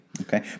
okay